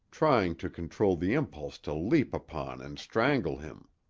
trying to control the impulse to leap upon and strangle him.